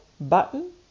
button